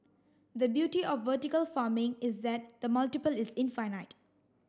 the beauty of vertical farming is that the multiple is infinite